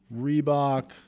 Reebok